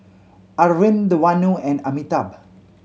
Arvind Vanu and Amitabh